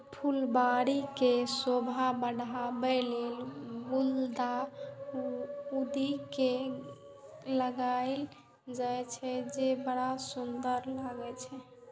फुलबाड़ी के शोभा बढ़ाबै लेल गुलदाउदी के लगायल जाइ छै, जे बड़ सुंदर होइ छै